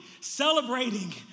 celebrating